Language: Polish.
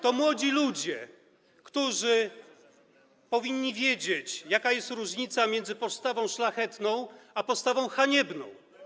To młodzi ludzie, którzy powinni wiedzieć, jaka jest różnica między postawą szlachetną a postawą haniebną.